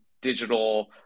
digital